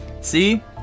See